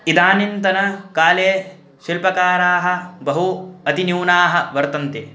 इदानीन्तनकाले शिल्पकाराः बहु अति न्यूनाः वर्तन्ते